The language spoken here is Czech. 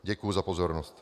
Děkuji za pozornost.